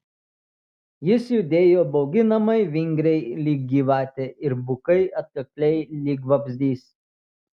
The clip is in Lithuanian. jis judėjo bauginamai vingriai lyg gyvatė ir bukai atkakliai lyg vabzdys